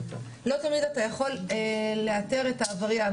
ולא תמיד אתה יכול לאתר את העבריין.